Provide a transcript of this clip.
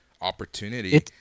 opportunity